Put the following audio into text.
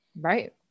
Right